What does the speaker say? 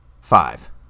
Five